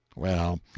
well,